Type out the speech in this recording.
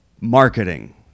Marketing